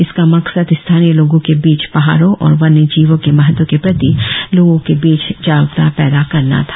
इसका मकसद स्थानीय लोगों के बिच पहाड़ों और वन्य जीवों के महत्व के प्रति लोगों के बिच जागरुकता पैदा करना था